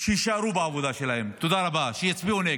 שיישארו בעבודה שלהם, שיצביעו נגד.